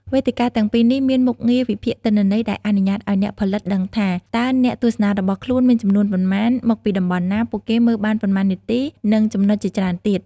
វេទិកាទាំងពីរនេះមានមុខងារវិភាគទិន្នន័យដែលអនុញ្ញាតឱ្យអ្នកផលិតដឹងថា តើអ្នកទស្សនារបស់ខ្លួនមានចំនួនប៉ុន្មាន មកពីតំបន់ណា ពួកគេមើលបានប៉ុន្មាននាទី និងចំណុចជាច្រើនទៀត។